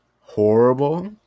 horrible